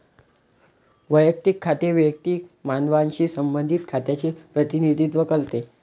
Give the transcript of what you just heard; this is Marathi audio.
वैयक्तिक खाते वैयक्तिक मानवांशी संबंधित खात्यांचे प्रतिनिधित्व करते